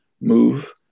move